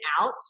out